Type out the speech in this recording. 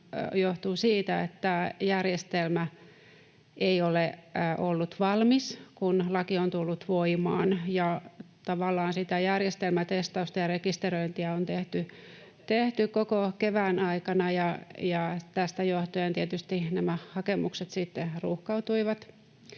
johtuu siitä, että järjestelmä ei ole ollut valmis, kun laki on tullut voimaan. Tavallaan sitä järjestelmän testausta ja rekisteröintiä on tehty koko kevään aikana, ja tästä johtuen tietysti nämä hakemukset sitten ruuhkautuivat.